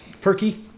Perky